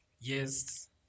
yes